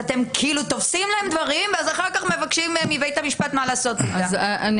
אתם תופסים להם דברים ואחר כך מבקשים מבית המשפט מה לעשות איתם.